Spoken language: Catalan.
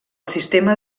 sistema